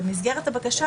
שבתון.